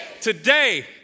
Today